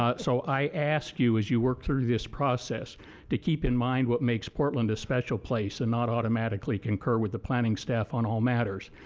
so i ask you as you work through this process to keep in mind what makes portland a special place, and not automatically concur with the planning staff on all matters.